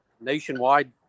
Nationwide